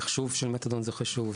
מחשוב של מתדון זה חשוב,